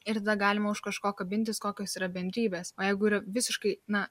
ir tada galima už kažko kabintis kokios yra bendrybės o jeigu yra visiškai na